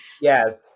Yes